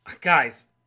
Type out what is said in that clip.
Guys